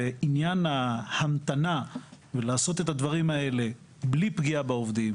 ועניין ההמתנה כדי לעשות את הדברים האלה בלי פגיעה בעובדים,